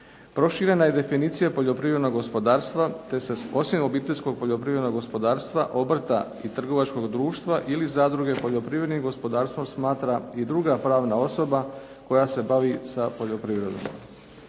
Proširena je definicija poljoprivrednog gospodarstva, te se osim obiteljskog poljoprivrednog gospodarstva, obrta i trgovačkog društva ili zadruge poljoprivrednim gospodarstvom smatra i druga pravna osoba koja se bavi sa poljoprivredom.